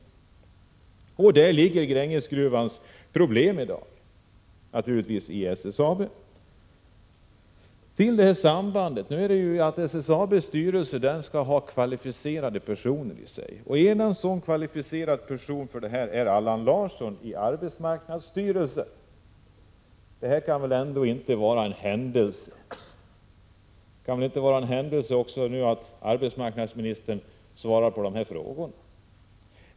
Det är där SSAB i dag har problem med Grängesgruvan. SSAB:s styrelse skall bestå av kvalificerade personer. En sådan kvalificerad person är Allan Larsson i arbetsmarknadsstyrelsen. Detta kan väl ändå inte vara en tillfällighet. Det kan väl inte heller vara en händelse att arbetsmarknadsministern svarar på dessa interpellationer.